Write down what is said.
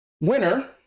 Winner